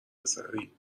پسری